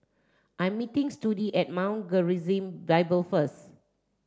I am meeting Sudie at Mount Gerizim Bible first